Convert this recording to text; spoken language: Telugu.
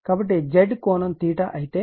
కాబట్టి Z ∠ అయితే